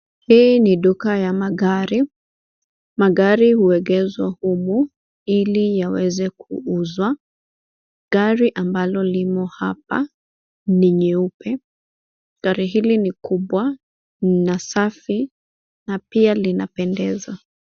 Hii ni duka ya magari. Magari huegezwa humu ili yaweze kuuzwa. Gari ambalo limo hapa ni nyeupe. Gari hili ni kubwa, na safi, na pia linapendeza.